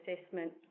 assessment